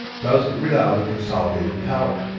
does in reality consolidate its power,